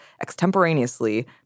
extemporaneously